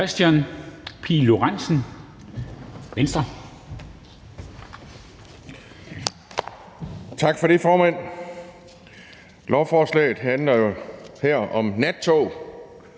Kristian Pihl Lorentzen (V): Tak for det, formand. Lovforslaget handler om nattog,